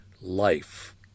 life